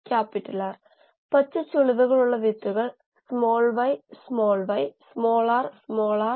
ഈ മെറ്റൽ സ്ട്രിപ്പുകൾ ചുഴി രൂപപ്പെടുന്നത് നിർത്താൻ കഴിയും അതാണ് ഈ ബഫലിന്റെ പ്രവർത്തനം